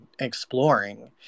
exploring